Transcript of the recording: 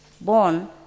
born